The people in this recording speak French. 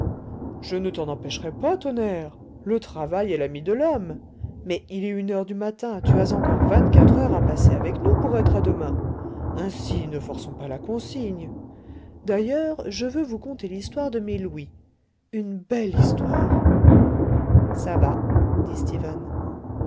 je ne t'en empêcherai pas tonnerre le travail est l'ami de l'homme mais il est une heure du matin tu as encore vingt-quatre heures à passer avec nous pour être à demain ainsi ne forçons pas la consigne d'ailleurs je veux vous conter l'histoire de mes louis une belle histoire ça va dit stephen